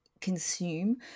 consume